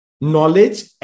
Knowledge